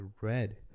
red